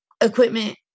equipment